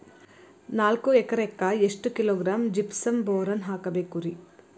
ನಾಲ್ಕು ಎಕರೆಕ್ಕ ಎಷ್ಟು ಕಿಲೋಗ್ರಾಂ ಜಿಪ್ಸಮ್ ಬೋರಾನ್ ಹಾಕಬೇಕು ರಿ?